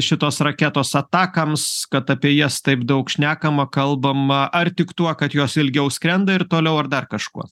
šitos raketos atacms kad apie jas taip daug šnekama kalbama ar tik tuo kad jos ilgiau skrenda ir toliau ar dar kažkuo